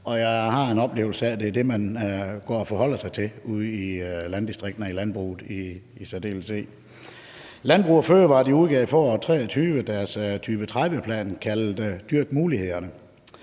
jeg har en oplevelse af, at det er det, man går og forholder sig til ude i landbruget i særdeleshed. Landbrug & Fødevarer udgav i foråret 2023 deres 2030-plan kaldet »Dyrk mulighederne«.